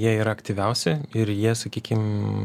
jie yra aktyviausi ir jie sakykim